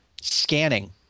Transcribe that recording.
scanning